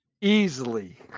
Easily